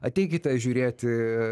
ateikite žiūrėti